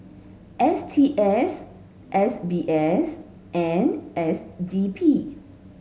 S T S S B S and S D P